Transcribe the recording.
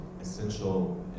essential